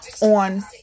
on